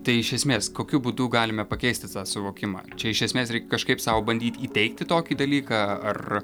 tai iš esmės kokiu būdu galime pakeisti tą suvokimą čia iš esmės reik kažkaip sau bandyt įteigti tokį dalyką ar